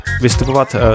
vystupovat